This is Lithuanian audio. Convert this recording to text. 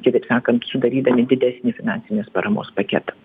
kitaip sakant sudarydami didesnį finansinės paramos paketą